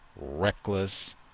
reckless